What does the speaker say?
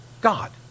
God